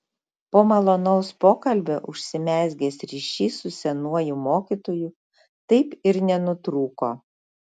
po malonaus pokalbio užsimezgęs ryšys su senuoju mokytoju taip ir nenutrūko